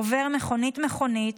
עובר מכונית-מכונית,